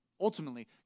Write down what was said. Ultimately